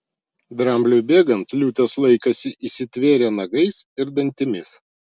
drambliui bėgant liūtės laikėsi įsitvėrę nagais ir dantimis